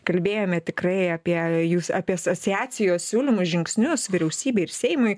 kalbėjome tikrai apie jus apie asociacijos siūlymus žingsnius vyriausybei ir seimui